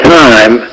time